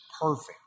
Perfect